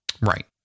right